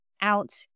out